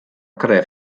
krew